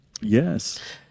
Yes